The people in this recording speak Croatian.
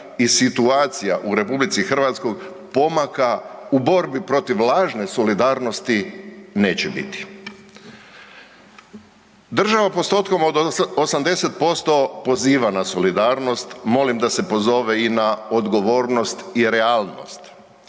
i situacija u RH pomaka u borbi protiv lažne solidarnosti neće biti. Država postotkom od 80% poziva na solidarnost, molim da se pozove i na odgovornost i realnost.